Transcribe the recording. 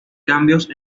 cambios